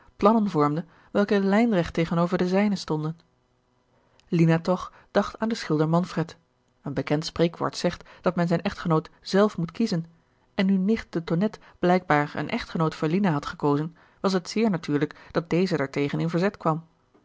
plannen vormde welke lijnrecht tegenover de zijne stonden lina toch dacht aan den schilder manfred een bekend spreekwoord zegt dat men zijn echtgenoot zelf moet kiezen gerard keller het testament van mevrouw de tonnette en nu nicht de tonnette blijkbaar een echtgenoot voor lina had gekozen was het zeer natuurlijk dat deze daartegen in verzet kwam